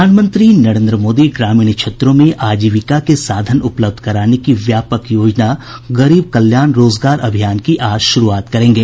प्रधानमंत्री नरेन्द्र मोदी ग्रामीण क्षेत्रों में आजीविका के साधन उपलब्ध कराने की व्यापक योजना गरीब कल्याण रोजगार अभियान की आज शुरूआत करेंगे